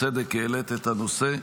ובצדק העלית את הנושא,